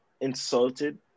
insulted